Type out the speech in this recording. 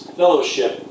fellowship